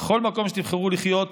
בכל מקום שתבחרו לחיות,